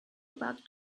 about